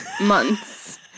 months